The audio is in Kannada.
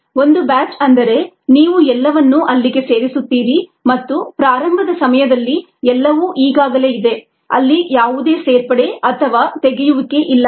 ಒಂದು ಬ್ಯಾಚ್ ಅಂದರೆ ನೀವು ಎಲ್ಲವನ್ನೂ ಅಲ್ಲಿಗೆ ಸೇರಿಸುತ್ತೀರಿ ಮತ್ತು ಪ್ರಾರಂಭದ ಸಮಯದಲ್ಲಿ ಎಲ್ಲವೂ ಈಗಾಗಲೇ ಇದೆ ಅಲ್ಲಿ ಯಾವುದೇ ಸೇರ್ಪಡೆ ಅಥವಾ ತೆಗೆಯುವಿಕೆ ಇಲ್ಲ